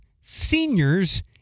seniors